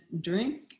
drink